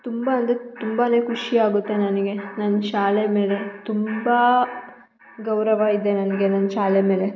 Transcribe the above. ತುಂಬ ಅಂದರೆ ತುಂಬಾ ಖುಷಿ ಆಗುತ್ತೆ ನನಗೆ ನನ್ನ ಶಾಲೆ ಮೇಲೆ ತುಂಬ ಗೌರವ ಇದೆ ನನಗೆ ನನ್ನ ಶಾಲೆ ಮೇಲೆ